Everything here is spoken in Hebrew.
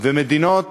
ומדינות